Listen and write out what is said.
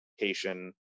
location